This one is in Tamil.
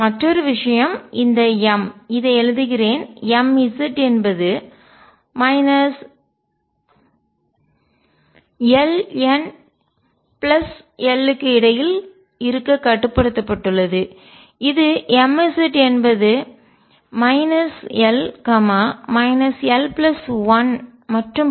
மற்றோரு விஷயம் அந்த m இதை எழுதுகிறேன் m Z என்பது minus l n plus l க்கு இடையில் இருக்கக் கட்டுப்படுத்தப்பட்டுள்ளது இது mZ என்பது l l 1 மற்றும் பல